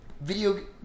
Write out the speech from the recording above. video